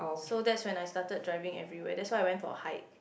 so that's when I started driving everywhere that's why I went for a hike